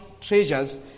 treasures